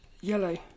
yellow